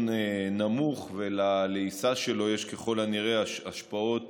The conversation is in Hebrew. נמוך וללעיסה שלו יש ככל הנראה השפעות